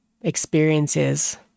experiences